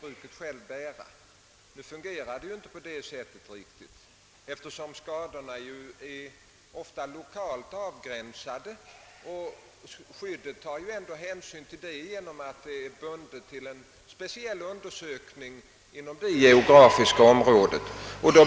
Nu fungerar det inte riktigt på det sättet, eftersom skadorna ofta är lokalt avgränsade. Skyddet tar hänsyn till detta genom att det är bundet till speciella undersökningar inom begränsade geografiska områden.